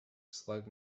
slug